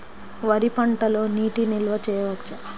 వరి పంటలో నీటి నిల్వ చేయవచ్చా?